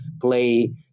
play